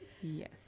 Yes